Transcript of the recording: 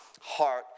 heart